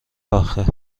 آخه